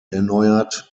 erneuert